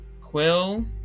quill